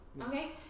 okay